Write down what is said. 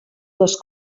les